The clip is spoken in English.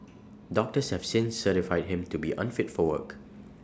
doctors have since certified him to be unfit for work